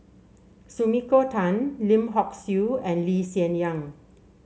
Sumiko Tan Lim Hock Siew and Lee Hsien Yang